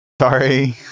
Sorry